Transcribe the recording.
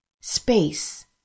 space